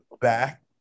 back